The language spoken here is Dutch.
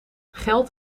geld